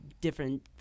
different